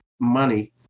money